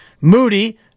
Moody